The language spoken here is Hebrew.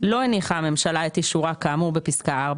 לא הניחה הממשלה את אישורה כאמור בפסקה (4),